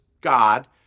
God